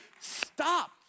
Stop